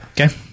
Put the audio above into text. Okay